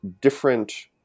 different